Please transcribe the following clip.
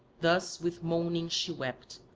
thus with moaning she wept,